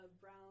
brown